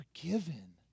forgiven